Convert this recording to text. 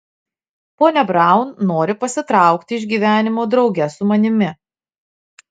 ponia braun nori pasitraukti iš gyvenimo drauge su manimi